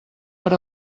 per